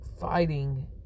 fighting